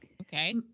okay